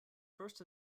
first